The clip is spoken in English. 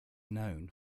known